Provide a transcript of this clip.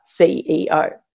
CEO